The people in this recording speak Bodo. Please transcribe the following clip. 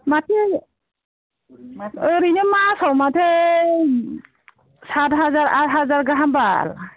माथो ओरैनो मासआव माथो सात हाजार आद हाजार गाहाम बाल